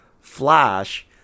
Flash